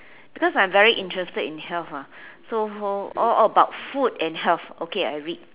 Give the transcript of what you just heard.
because I am very interested in health lah so so all about food and health okay I read